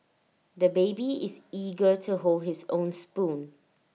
the baby is eager to hold his own spoon